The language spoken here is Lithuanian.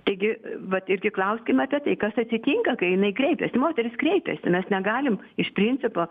taigi vat irgi klauskim apie tai kas atsitinka kai jinai kreipiasi moterys kreipiasi mes negalim iš principo